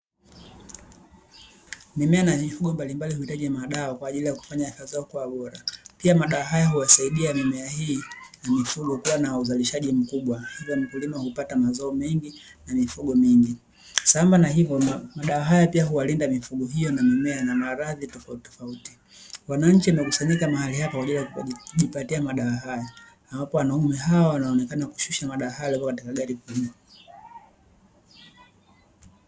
Mimea na mifugo mbalimbali huhitaji madawa kwa ajili ya kufanya afya zao kuwa bora, pia madawa haya huwasaidia mimea hii na mifugo kuwa na uzalishji mkubwa hivyo wakulima hupata mazao mengi na mifugo mingi. Sambamba na hivyo, madawa hayo huwalinda mifugo hiyo na mimea na maradhi tofautitofauti, wananchi wamekusanyika mahali hapa kwa ajili ya kujipatia madawa haya. Na wapo wanaume hao wanaoonekana kushusha madawa haya yaliyopo katika gari kubwa.